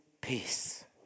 peace